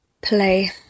Play